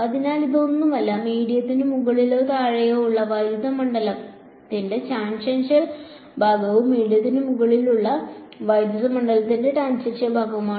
അതിനാൽ ഇത് ഒന്നുമല്ല മീഡിയത്തിന് മുകളിലോ താഴെയോ ഉള്ള വൈദ്യുത മണ്ഡലത്തിന്റെ ടാൻജെൻഷ്യൽ ഭാഗവും മീഡിയത്തിന് മുകളിലുള്ള വൈദ്യുത മണ്ഡലത്തിന്റെ ടാൻജെൻഷ്യൽ ഭാഗവുമാണ്